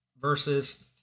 versus